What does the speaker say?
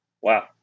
Wow